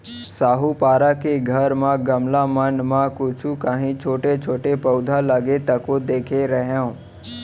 साहूपारा के घर म गमला मन म कुछु कॉंहीछोटे छोटे पउधा लगे तको देखे रेहेंव